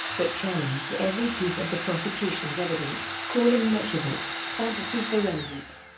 but challenged every piece of the prosecution's evidence, calling much of it fantasy forensics.